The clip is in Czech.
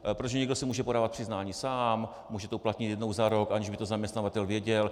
Protože někdo si může podávat přiznání sám, může to uplatnit jednou za rok, aniž by to zaměstnavatel věděl.